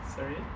Sorry